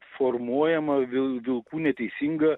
formuojama vil vilkų neteisinga